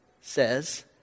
says